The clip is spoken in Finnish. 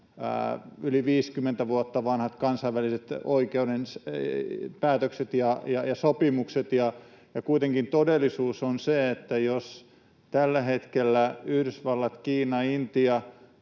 yli 50 vuotta vanhat kansainvälisen oikeuden päätökset ja sopimukset, ja kuitenkin todellisuus on se, että jos tällä hetkellä Yhdysvallat, Kiina, Intia